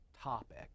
topic